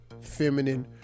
feminine